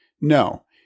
No